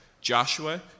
Joshua